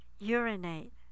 urinate